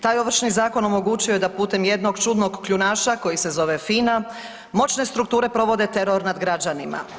Taj Ovršni zakon omogućio je da putem jednog čudnog kljunaša koji se zove FINA moćne strukture provode teror nad građanima.